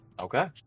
Okay